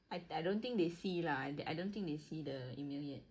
I I don't think they see lah the~ I don't think they see the email yet